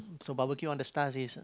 so barbecue on the stars is